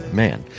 man